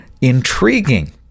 intriguing